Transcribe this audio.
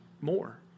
more